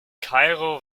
kairo